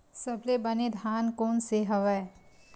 सबले बने धान कोन से हवय?